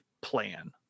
plan